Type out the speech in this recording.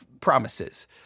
promises